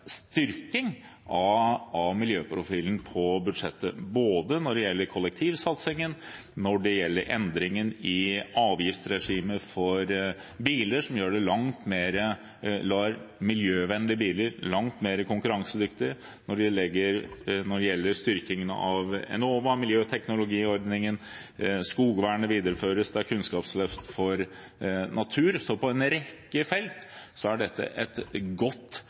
styrking av miljøprofilen på budsjettet både når det gjelder kollektivsatsingen, endringen i avgiftsregimet for biler – som gjør miljøvennlige biler langt mer konkurransedyktige – styrkingen av Enova og miljøteknologiordningen. Skogvernet videreføres, og det er et kunnskapsløft på natur. Så på en rekke felt er dette et godt